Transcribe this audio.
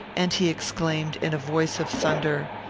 and he exclaimed, in a voice of thunder,